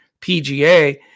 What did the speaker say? PGA